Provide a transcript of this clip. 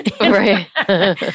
Right